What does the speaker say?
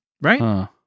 Right